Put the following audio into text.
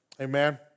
Amen